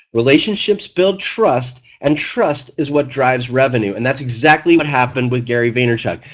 relationships build trust and trust is what drives revenue and that's exactly what happened with gary vaynerchuk.